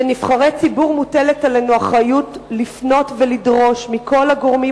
כנבחרי ציבור מוטלת עלינו אחריות לפנות ולדרוש מכל הגורמים